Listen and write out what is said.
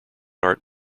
art